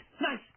Nice